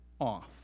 off